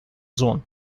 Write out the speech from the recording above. зон